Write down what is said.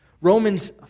Romans